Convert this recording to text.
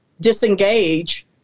disengage